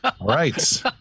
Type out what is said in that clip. Right